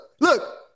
look